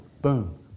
boom